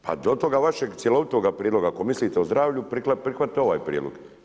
Pa do toga vašeg cjelovitoga prijedloga, ako mislite o zdravlju, prihvatite ovaj prijedlog.